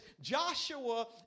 Joshua